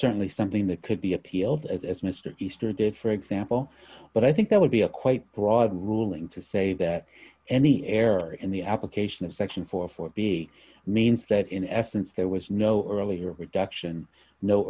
certainly something that could be appealed as mr easter did for example but i think that would be a quite broad ruling to say that any error in the application of section forty four be means that in essence there was no earlier reduction no